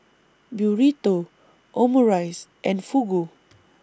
Burrito Omurice and Fugu